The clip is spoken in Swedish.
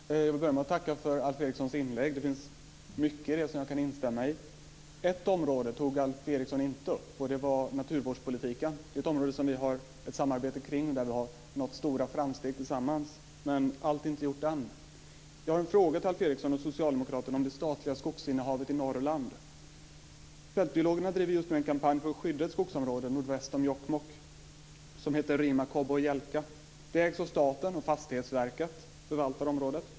Herr talman! Jag vill börja med att tacka för Alf Erikssons inlägg. Det finns mycket i det som jag kan instämma i. Ett område tog Alf Eriksson inte upp, nämligen naturvårdspolitiken. Det är ett område som vi har ett samarbete kring, och där vi har nått stora framsteg tillsammans. Men allt är inte gjort än. Fältbiologerna bedriver just nu en kampanj för att skydda ett skogsområde nordväst om Jokkmokk som heter Rimakåbbå Jelka. Det ägs av staten, och Fastighetsverket förvaltar området.